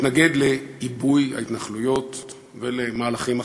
התנגד לעיבוי ההתנחלויות ולמהלכים אחרים.